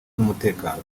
n’umutekano